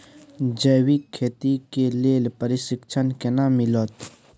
जैविक खेती के लेल प्रशिक्षण केना मिलत?